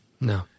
No